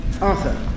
Arthur